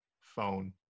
phone